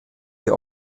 die